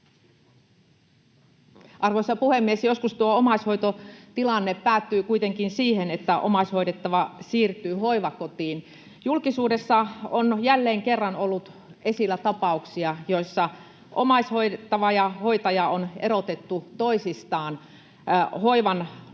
Arvoisa puhemies! Joskus tuo omaishoitotilanne päättyy kuitenkin siihen, että omaishoidettava siirtyy hoivakotiin. Julkisuudessa on jälleen kerran ollut esillä tapauksia, joissa omaishoidettava ja ‑hoitaja on erotettu toisistaan hoivan luonteen